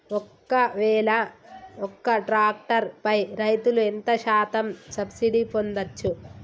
ఒక్కవేల ఒక్క ట్రాక్టర్ పై రైతులు ఎంత శాతం సబ్సిడీ పొందచ్చు?